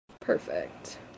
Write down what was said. Perfect